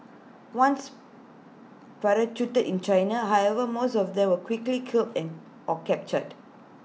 once parachuted in China however most of them were quickly killed and or captured